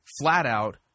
flat-out